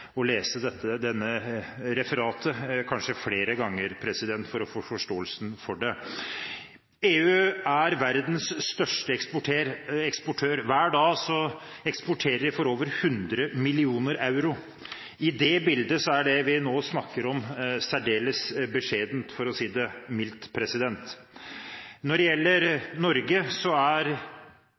lese dette referatet – kanskje flere ganger – for å få forståelsen for det. EU er verdens største eksportør. Hver dag eksporterer de for over 100 mill. euro. I det bildet er det vi nå snakker om, særdeles beskjedent, for å si det mildt. Når det gjelder Norge, som er